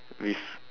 with